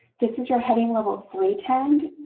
this is your heading level three tag,